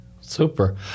Super